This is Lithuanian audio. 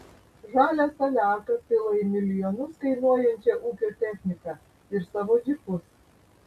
žalią saliarką pila į milijonus kainuojančią ūkio techniką ir savo džipus